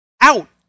out